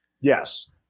Yes